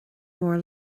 mór